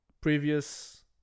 previous